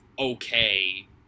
okay